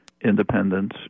independence